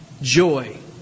joy